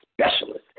specialist